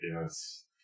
yes